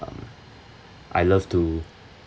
um I love to